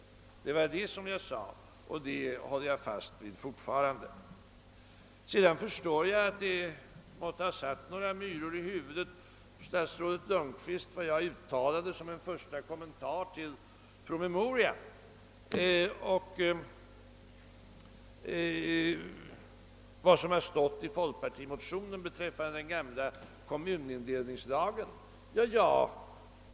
Det var vad jag sade, och det håller jag fortfarande fast vid. Sedan förstår jag att vad jag uttalade som en första kommentar till promemorian och vad som stod i folkpartimotionen om den gamla kommunindelningslagen har satt myror i huvudet på statsrådet Lundkvist.